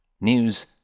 News